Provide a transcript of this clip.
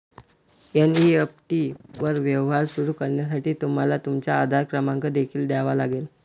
NEFT वर व्यवहार सुरू करण्यासाठी तुम्हाला तुमचा आधार क्रमांक देखील द्यावा लागेल